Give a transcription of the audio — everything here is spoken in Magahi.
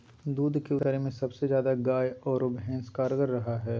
दूध के उत्पादन करे में सबसे ज्यादा गाय आरो भैंस कारगार रहा हइ